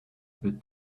bit